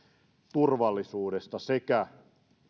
turvallisuudesta sekä